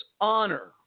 honor